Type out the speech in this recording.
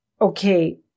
okay